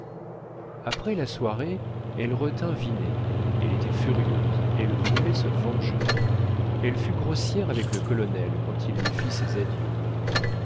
après la soirée elle retint vinet elle était furieuse elle voulait se venger elle fut grossière avec le colonel quand il lui fit ses adieux